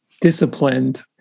disciplined